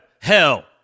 hell